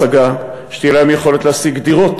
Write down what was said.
שתהיה להם יכולת להשיג דירות,